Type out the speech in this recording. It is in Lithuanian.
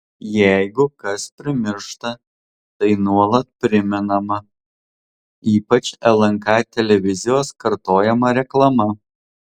jeigu kas primiršta tai nuolat primenama ypač lnk televizijos kartojama reklama